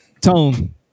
Tone